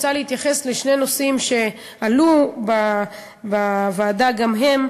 רוצה להתייחס לשני נושאים שעלו בוועדה גם הם.